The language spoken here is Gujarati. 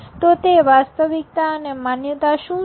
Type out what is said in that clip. તો તે વાસ્તવિકતા અને માન્યતા શુ છે